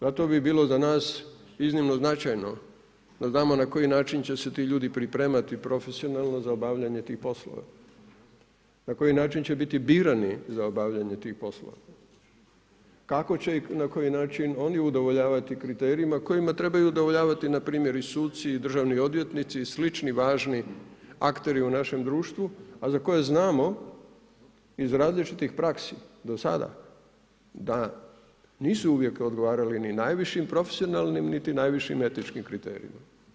Zato bi bilo za nas iznimno značajno da znamo na koji način će se ti ljudi pripremati profesionalno za obavljanje tih poslova, na koji način će biti birani za obavljanje tih poslova, kako će i na koji način oni udovoljavati kriterijima kojima trebaju udovoljavati npr. i suci i državni odvjetnici i slični važni akteri u našem društvu, a za koje znamo iz različitih praksi do sada da nisu uvijek odgovarali ni najvišim profesionalnim niti najvišim etičkim kriterijama.